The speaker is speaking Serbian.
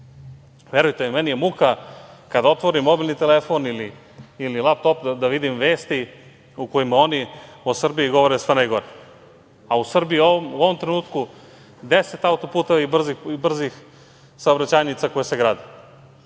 Verujte, meni je muka kada otvorim mobilni telefon ili laptop, da vidim vesti u kojima oni o Srbiji govore sve najgore.U Srbiji u ovom trenutku 10 auto-puteva, brzih saobraćajnica koje se grade.